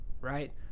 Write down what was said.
right